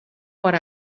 what